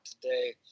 today